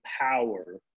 power